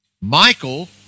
Michael